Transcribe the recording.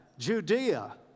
Judea